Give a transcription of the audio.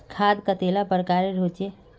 खाद कतेला प्रकारेर होचे?